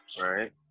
right